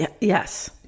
Yes